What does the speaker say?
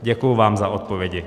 Děkuji vám za odpovědi.